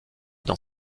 dans